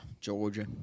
Georgia